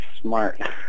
smart